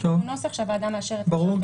זה נוסח שהוועדה מאשרת --- זה ברור?